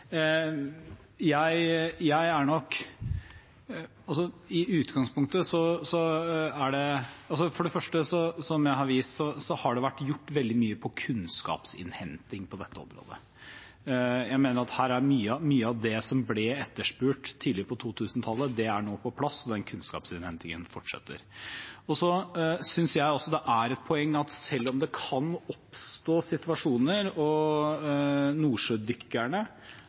vært gjort veldig mye på kunnskapsinnhenting på dette området. Jeg mener at mye av det som ble etterspurt tidlig på 2000-tallet, nå er på plass, og kunnskapsinnhentingen fortsetter. Jeg synes også det er et poeng at selv om det kan oppstå situasjoner – og nordsjødykkerne